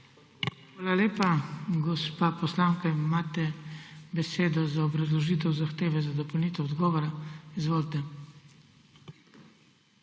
Hvala lepa. Gospa poslanka, imate besedo za obrazložitev zahteve za dopolnitev odgovora. Izvolite.